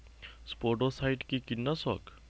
স্পোডোসাইট কি কীটনাশক?